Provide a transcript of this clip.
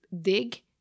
dig